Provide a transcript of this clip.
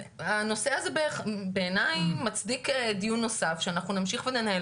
הנושא הזה מצדיק דיון נוסף שאנחנו נמשיך וננהל